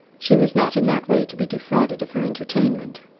she was not in that way to be defrauded of her entertainment.